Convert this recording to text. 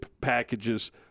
packages